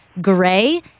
gray